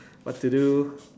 what to do